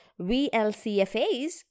VLCFAs